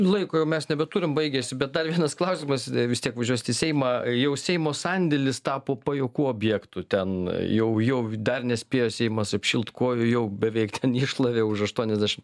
laiko jau mes nebeturim baigėsi bet dar vienas klausimas vis tiek važiuosit į seimą jau seimo sandėlis tapo pajuokų objektu ten jau jau dar nespėjo seimas apšilt kojų jau beveik ten iššlavė už aštuoniasdešim